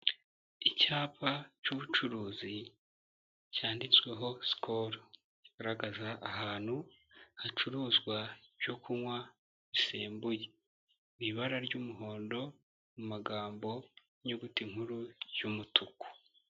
Icyapa cy'ubucuruzi cyanditsweho Skol, kigaragaza ahantu hacuruzwa ibyo kunywa bisembuye, ibara ry'umuhondo mu magambo y'inyuguti nkuru y'umutuku.